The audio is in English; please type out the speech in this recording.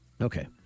okay